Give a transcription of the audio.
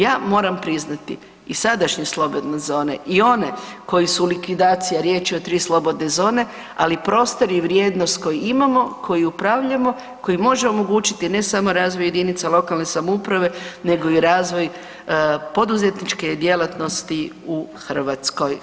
Ja moram priznati i sadašnje slobodne zone i one koje su u likvidaciji, a riječ je o 3 slobodne zone, ali i prostori i vrijednost koju imamo, koji upravljamo, koji može omogućiti, ne samo razvoj jedinica lokalne samouprave nego i razvoj poduzetničke djelatnosti u Hrvatskoj.